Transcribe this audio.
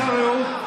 ערך הרעות,